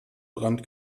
brand